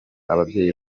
ababyeyi